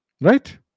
Right